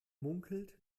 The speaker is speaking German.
munkelt